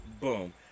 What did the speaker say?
boom